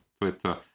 Twitter